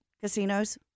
Casinos